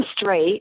straight